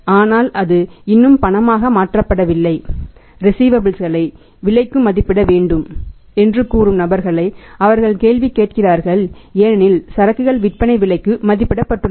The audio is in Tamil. ஆனால் அது இன்னும் பணமாக மாற்றப்படவில்லை ரிஸீவபல்ஸ் களை விலைக்கு மதிப்பிட வேண்டும் என்று கூறும் நபர்களை அவர்கள் கேள்வி கேட்கிறார்கள் ஏனெனில் சரக்குகள் விற்பனை விலைக்கு மதிப்பிடப்பட்டுள்ளது